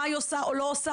מה היא עושה או לא עושה,